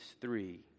three